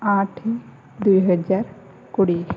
ଆଠ ଦୁଇ ହଜାର କୋଡ଼ିଏ